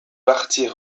partis